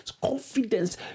Confidence